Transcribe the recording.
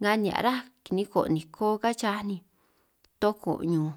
Nga nihia' ráj kiniko' niko kán chaaj ni toko ñunj